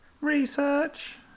Research